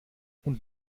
und